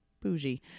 bougie